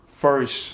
first